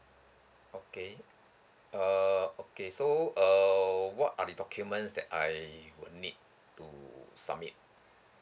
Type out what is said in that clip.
okay uh okay so uh what are the documents that I would need to submit